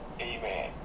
Amen